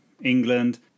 England